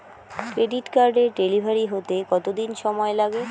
Credit কার্ডের delivery হতে কতদিন সময় লাগে?